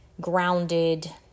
grounded